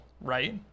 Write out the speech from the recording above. right